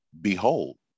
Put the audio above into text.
Behold